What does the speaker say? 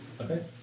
Okay